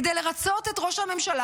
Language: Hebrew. כדי לרצות את ראש הממשלה,